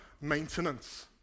maintenance